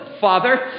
Father